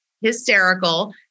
Hysterical